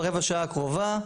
ברבע השעה הקרובה,